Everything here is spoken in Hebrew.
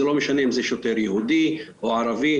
זה לא משנה אם זה שוטר יהודי או ערבי,